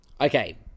Okay